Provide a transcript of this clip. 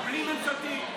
בלי ממשלתי,